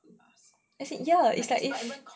as in ya is like if